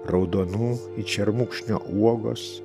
raudonų it šermukšnio uogos